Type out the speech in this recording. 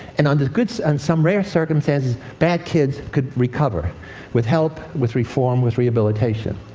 and under good and some rare circumstances, bad kids could recover with help, with reform, with rehabilitation.